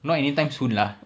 not anytime soon lah